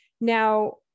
Now